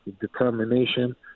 determination